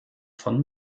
von